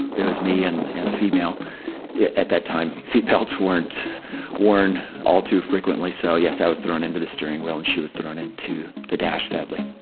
it was me and and a female yeah at that time. seatbelts weren't worn. all too frequently. so, yes, i was thrown into the steering wheel and she was thrown into the dash. sadly,